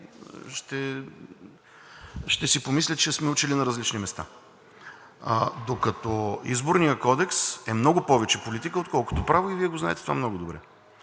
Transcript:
Ще си помисля, че сме учили на различни места. Докато Изборният кодекс е много повече политика, отколкото право, и Вие го знаете това много добре.